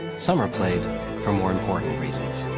some are played for more important reasons.